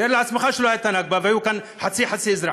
תאר לעצמך שלא הייתה נכבה, והיו חצי-חצי אזרחים.